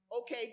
Okay